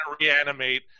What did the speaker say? reanimate